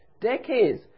decades